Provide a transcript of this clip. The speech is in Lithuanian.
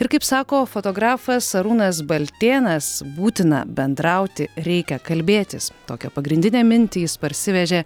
ir kaip sako fotografas arūnas baltėnas būtina bendrauti reikia kalbėtis tokią pagrindinę mintį jis parsivežė